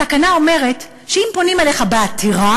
התקנה אומרת שאם פונים אליך בעתירה,